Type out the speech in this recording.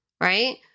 right